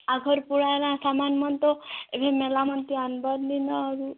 ଆଗରୁ ପୁରାନା ସାମାନ୍ମାନ ତ ଏବେ ମେଲାମାନଙ୍କେ ଆଣ୍ବା ଦିନରୁ